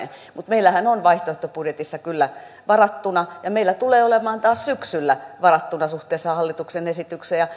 mutta meillähän on vaihtoehtobudjetissa kyllä varattuna ja meillä tulee olemaan taas syksyllä varattuna suhteessa hallituksen esitykseen